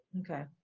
Okay